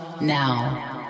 Now